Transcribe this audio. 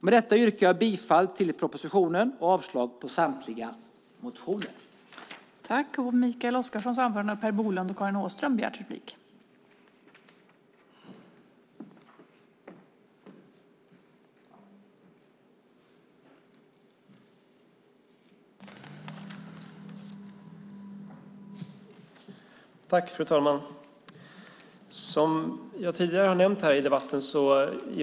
Med detta yrkar jag bifall till förslaget i propositionen och avslag på samtliga motioner.